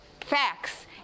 facts